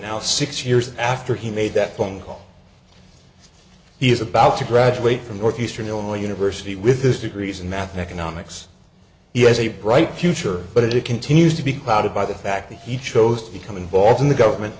now six years after he made that phone call he is about to graduate from northeastern illinois university with his degrees in math economics yes a bright future but it continues to be clouded by the fact that he chose to become involved in the government